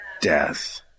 Death